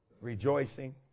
rejoicing